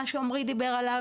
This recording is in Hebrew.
מה שעמרי דיבר עליו,